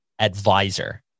advisor